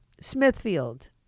Smithfield